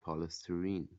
polystyrene